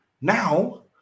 Now